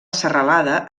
serralada